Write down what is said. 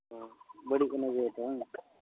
ᱚ ᱵᱟᱹᱲᱤᱡ ᱠᱟᱱᱟ ᱡᱮᱦᱮᱛᱩ ᱵᱟᱝ